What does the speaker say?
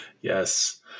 Yes